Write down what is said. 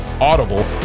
Audible